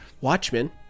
Watchmen